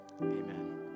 Amen